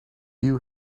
view